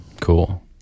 Cool